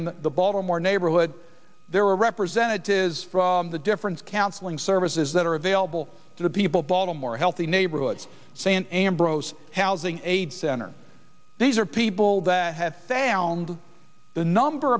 in the baltimore neighborhood there are representatives from the difference counseling services that are available to the people baltimore healthy neighborhood st ambrose housing aid center these are people that have found the number